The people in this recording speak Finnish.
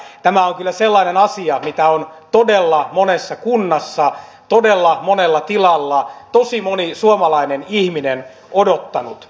tämä on kyllä sellainen asia mitä on todella monessa kunnassa todella monella tilalla tosi moni suomalainen ihminen odottanut